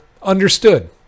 understood